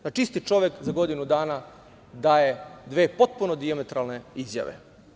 Znači, isti čovek za godinu dana daje dve potpuno dijametralne izjave.